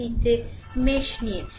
3 mesh নিয়েছে